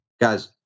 Guys